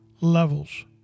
levels